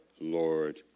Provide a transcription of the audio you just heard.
Lord